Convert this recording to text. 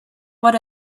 what